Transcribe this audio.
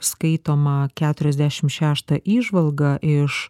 skaitomą keturiasdešimt šeštą įžvalgą iš